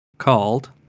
called